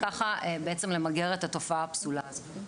וככה בעצם למגר את התופעה הפסולה הזאת.